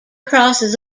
crosses